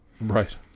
Right